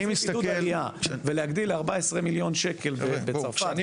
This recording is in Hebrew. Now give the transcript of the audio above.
עידוד עלייה ולהגדיל 14 מיליון שקל בצרפת,